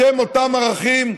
בשם אותם ערכים,